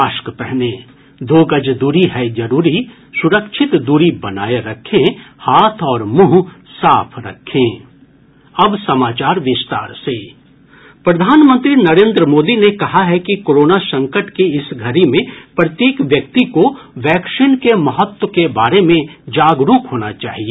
mask पहनें दो गज दूरी है जरूरी सुरक्षित दूरी बनाये रखें हाथ और मुंह साफ रखें अब समाचार विस्तार से प्रधानमंत्री नरेन्द्र मोदी ने कहा है कि कोरोना संकट की इस घड़ी में प्रत्येक व्यक्ति को वैक्सीन के महत्व के बारे में जागरूक होना चाहिए